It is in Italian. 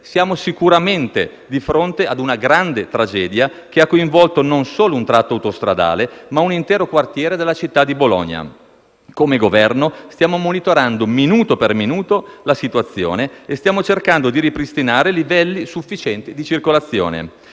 Siamo sicuramente di fronte ad una grande tragedia, che ha coinvolto non solo un tratto autostradale, ma un intero quartiere della città di Bologna. Come Governo stiamo monitorando minuto per minuto la situazione e stiamo cercando di ripristinare livelli sufficienti di circolazione.